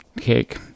cake